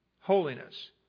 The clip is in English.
holiness